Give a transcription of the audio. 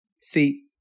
See